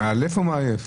מעלף או מעייף?